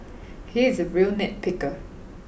he is a real nit picker